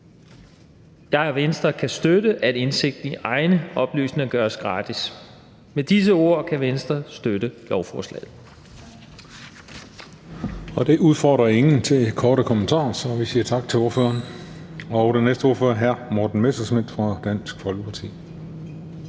Jeg og Venstre kan støtte, at indsigt i egne oplysninger gøres gratis. Med disse ord kan Venstre støtte lovforslaget.